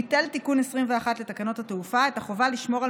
ביטל תיקון 21 לתקנות התעופה את החובה לשמור על